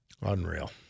Unreal